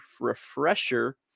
refresher